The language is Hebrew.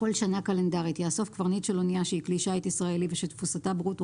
כל שנה קלנדרית יאסוף קברניט של אנייה שהיא כלי שיט ישראלי ושתפוסתה ברוטו